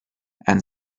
and